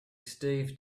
steve